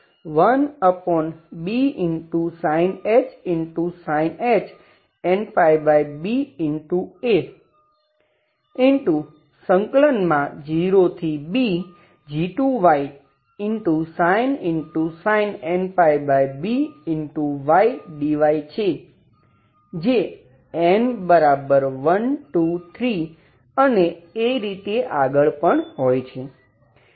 તેથી તે An1bsinh nπba 0bg2sin nπby dy છે જે n બરાબર 1 2 3 અને એ રીતે આગળ પણ હોય છે